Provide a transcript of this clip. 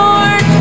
Lord